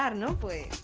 ah no way